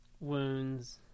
Wounds